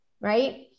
right